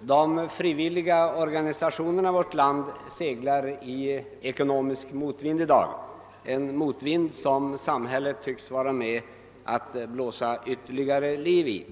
De frivilliga organisationerna i vårt land seglar i ekonomisk motvind i dag, en motvind som samhället tycks blåsa ytterligare liv i.